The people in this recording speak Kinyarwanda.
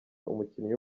umukinnyi